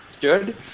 Good